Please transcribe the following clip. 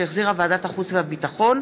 שהחזירה ועדת החוץ והביטחון.